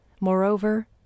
Moreover